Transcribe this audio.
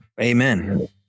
Amen